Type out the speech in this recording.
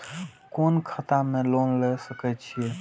कोन खाता में लोन ले सके छिये?